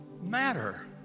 matter